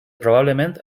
probablement